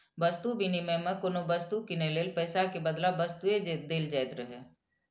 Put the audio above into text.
वस्तु विनिमय मे कोनो वस्तु कीनै लेल पैसा के बदला वस्तुए देल जाइत रहै